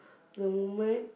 the woman